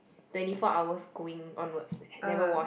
twenty four hours going onwards never wash